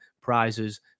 prizes